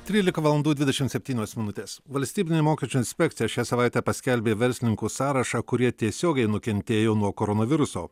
trylika valandų dvidešimt septynios minutės valstybinė mokesčių inspekcija šią savaitę paskelbė verslininkų sąrašą kurie tiesiogiai nukentėjo nuo koronaviruso